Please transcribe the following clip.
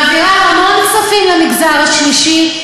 מעבירה המון כספים למגזר השלישי,